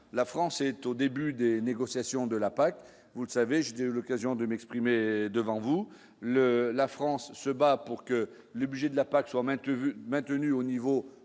la France est au début des négociations de la PAC, vous le savez j'de l'occasion de m'exprimer devant vous le la France se bat pour que le budget de la PAC soient maintenus, maintenus